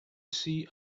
see